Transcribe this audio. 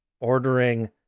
ordering